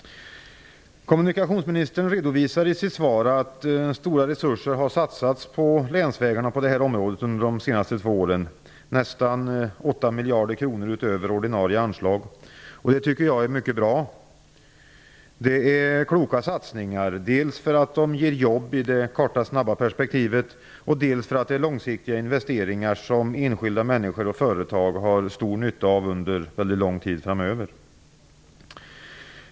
Kommunikationsministern redovisar i sitt svar att stora resurser har satsats på länsvägarna under de senaste två åren, nästan 8 miljarder kr utöver ordinarie anslag. Jag tycker detta är mycket bra. Det är kloka satsningar. Dels ger de jobb i det korta perspektivet, dels är de långsiktiga investeringar som enskilda människor och företag har stor nytta av under lång tid framöver.